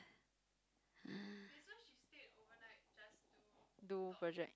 do project